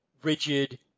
rigid